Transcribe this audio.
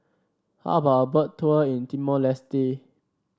how about a Boat Tour in Timor Leste